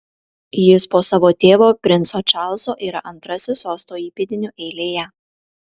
jis po savo tėvo princo čarlzo yra antrasis sosto įpėdinių eilėje